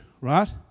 right